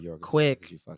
Quick